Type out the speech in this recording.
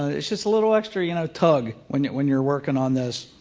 it's just a little extra you know tug when when you're working on this.